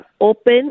open